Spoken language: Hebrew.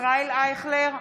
ישראל אייכלר,